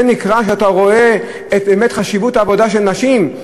זה נקרא שאתה רואה באמת את חשיבות העבודה של נשים?